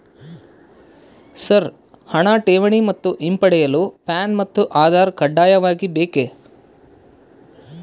Sir ಹಣ ಠೇವಣಿ ಮತ್ತು ಹಿಂಪಡೆಯಲು ಪ್ಯಾನ್ ಮತ್ತು ಆಧಾರ್ ಕಡ್ಡಾಯವಾಗಿ ಬೇಕೆ?